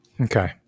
Okay